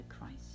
Christ